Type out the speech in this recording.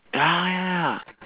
ya ya ya